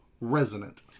resonant